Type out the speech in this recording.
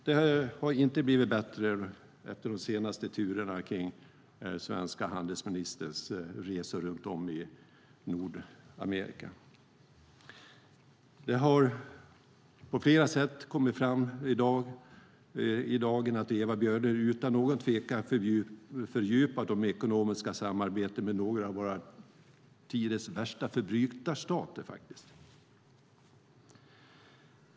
Det har inte blivit bättre efter de senaste turerna kring den svenska handelsministerns resor runt om i Nordafrika. Det har på flera sätt kommit i dagen att Ewa Björling utan någon tvekan fördjupat de ekonomiska samarbetena med några av vår tids värsta förbrytarstater.